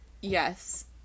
Yes